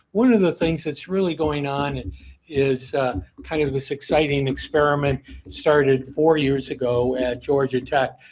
one of the things that's really going on and is kind of this exciting experiment started four years ago at georgia tech.